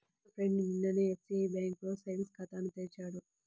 నా ఫ్రెండు నిన్ననే ఎస్బిఐ బ్యేంకులో సేవింగ్స్ ఖాతాను తెరిచాడు